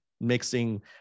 mixing